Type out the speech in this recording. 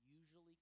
usually